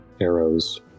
arrows